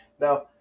Now